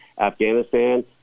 afghanistan